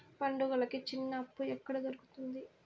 పండుగలకి చిన్న అప్పు ఎక్కడ దొరుకుతుంది